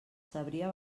sabria